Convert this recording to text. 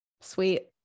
sweet